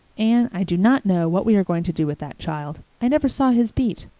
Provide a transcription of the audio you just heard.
anne, i do not know what we are going to do with that child. i never saw his beat.